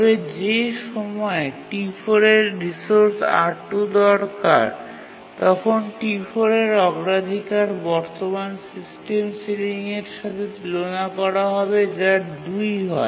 তবে যে সময় T4 এর রিসোর্স R2 দরকার তখন T4 এর অগ্রাধিকার বর্তমান সিস্টেম সিলিংয়ের সাথে তুলনা করা হবে যা ২ হয়